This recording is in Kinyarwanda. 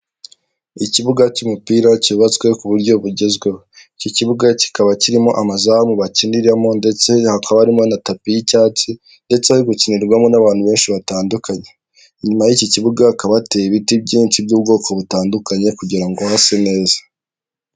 Ikibuga cy'umupira cyubatswe ku buryo bugezweho, iki kibuga kikaba kirimo amazamu bakiniramo ndetse hakaba harimo na tapi y'icyatsi ndetse hari gukinirwamo n'abantu benshi batandukanye, inyuma y'iki kibuga hakaba hateye ibiti byinshi by'ubwoko butandukanye kugira ngo hase neza.